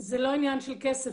זה לא עניין של כסף.